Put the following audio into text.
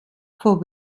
von